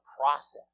process